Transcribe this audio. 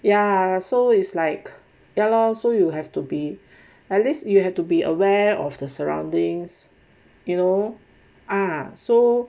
ya so is like ya lor so you have to be at least you have to be aware of the surroundings you know ah so